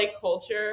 culture